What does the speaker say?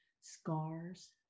Scars